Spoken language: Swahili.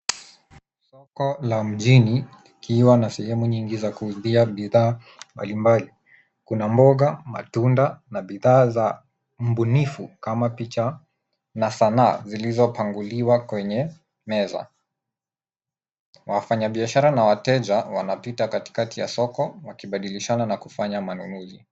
Soko la mjini likiwa na sehemu nyingi za kuuzia bidhaa mbalimbali. Kuna mboga, matunda na bidhaa za mbunifu kama picha na sanaa zilizopanguliwa kwenye meza. Wafanyabiashara na wateja wanapita katikati ya soko wakibadilishana na kufanya manunuzi.